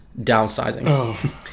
Downsizing